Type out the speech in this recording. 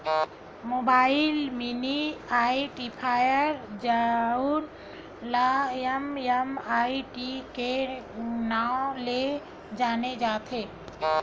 mobile money identifier जउन ल MMID के नांव ले जाने जाथे